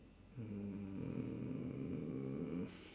um